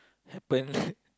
happen